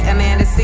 Amanda